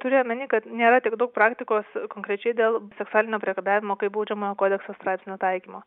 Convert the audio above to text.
turiu omeny kad nėra tiek daug praktikos konkrečiai dėl seksualinio priekabiavimo kaip baudžiamojo kodekso straipsnio taikymo